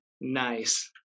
nice